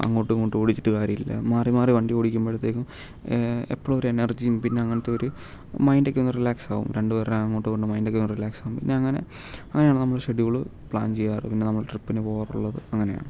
അങ്ങോട്ടും ഇങ്ങോട്ടും ഓടിച്ചിട്ട് കാര്യമില്ല മാറി മാറി വണ്ടി ഓടിക്കുമ്പോഴത്തേക്കും എപ്പോഴും ഒരു എനർജിയും പിന്നെ അങ്ങനത്തെ ഒരു മൈൻഡ് ഒക്കെ ഒന്ന് റിലാക്സ് ആകും രണ്ട് പേരുടെയും അങ്ങോട്ടും ഇങ്ങോട്ടും മൈൻഡ് ഒക്കെ ഒന്ന് റിലാക്സ് ആകും പിന്നെ അങ്ങനെ അങ്ങനെയാണ് നമ്മൾ ഷെഡ്യൂൾ പ്ലാൻ ചെയ്യാറ് പിന്നെ നമ്മൾ ട്രിപ്പിന് പോകാറുള്ളത് അങ്ങനെയാണ്